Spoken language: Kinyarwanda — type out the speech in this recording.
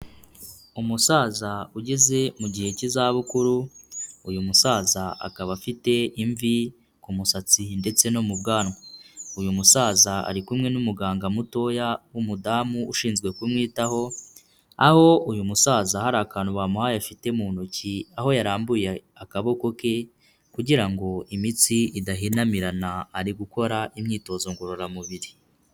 Umusaza ugeze mu gihe cy'izabukuru, uyu musaza akaba afite imvi ku musatsi ndetse no mu bwanwa. Uyu musaza ari kumwe n'umuganga mutoya w'umudamu ushinzwe kumwitaho, aho uyu musaza hari akantu bamuhaye afite mu ntoki, aho yarambuye akaboko ke kugira ngo imitsi idahinamirana, ari gukora imyitozo ngororamubiri.